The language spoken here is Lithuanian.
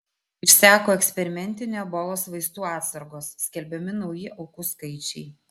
išseko eksperimentinių ebolos vaistų atsargos skelbiami nauji aukų skaičiai